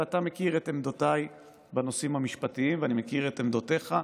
אתה מכיר את עמדותיי בנושאים המשפטיים ואני מכיר את עמדותיך.